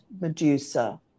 Medusa